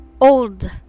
Old